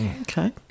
Okay